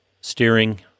steering